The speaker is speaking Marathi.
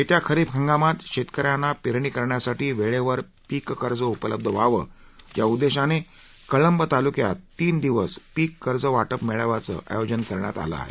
येत्या खरीप हंगामात शेतक यांना पेरणी करण्यासाठी वेळेवर पीक कर्ज उपलब्ध व्हावं या उद्देशाने कळंब तालुक्यात तीन दिवस पीक कर्ज वाटप मेळाव्याचं आयोजन करण्यात आलं आहे